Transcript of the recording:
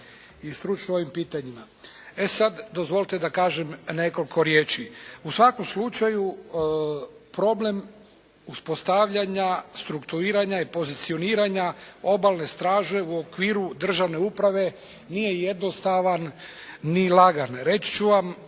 i stručno ovim pitanjima. E sad, dozvolite da kažem nekoliko riječi. U svakom slučaju problem uspostavljanja, strukturiranja i pozicioniranja Obalne straže u okviru državne uprave nije jednostavan ni lagan.